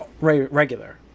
regular